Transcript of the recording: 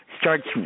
starts